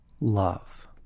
love